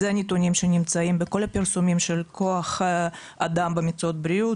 אלה הנתונים הרשמיים שנמצאים בכל הפרסומים של כוח אדם במקצועות הבריאות.